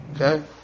Okay